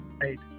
Right